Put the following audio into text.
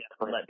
Let